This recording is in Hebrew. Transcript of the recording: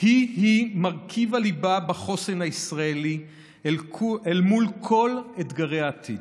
היא-היא מרכיב הליבה בחוסן הישראלי אל מול כל אתגרי העתיד.